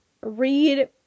read